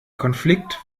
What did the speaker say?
konflikt